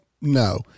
No